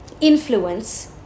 influence